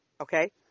okay